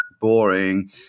boring